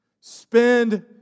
spend